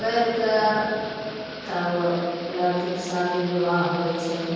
करिके तब लड़कीके शादी विवाह होइ छै